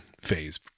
phase